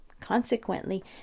consequently